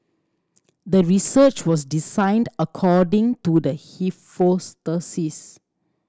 the research was designed according to the